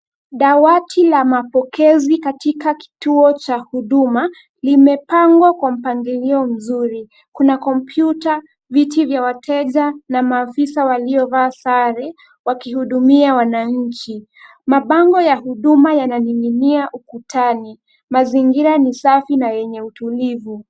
Dawati la mapokezi katika kituo cha huduma, limepangwa kwa mpangilio mzuri. Kuna kompyuta, viti vya wateja, na maafisa walio vaa sare wakihudumia wananchi. Mabango ya huduma yananing'inia ukutani, mazingira ni safi na yenye utulivu.